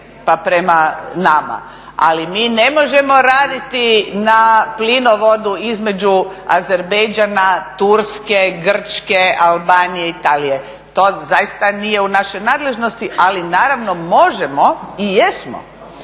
pa prema nama. Ali mi ne možemo raditi na plinovodu između Azerbejdžana, Turske, Grčke, Albanije i Italije. To zaista nije u našoj nadležnosti, ali naravno možemo i jesmo